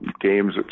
games